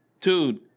dude